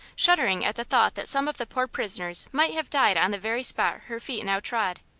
shuddering at the thought that some of the poor prisoners might have died on the very spot her feet now trod.